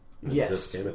Yes